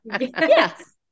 Yes